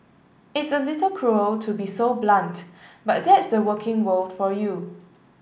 it's a little cruel to be so blunt but that's the working world for you